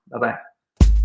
Bye-bye